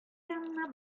янына